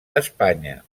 espanya